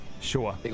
Sure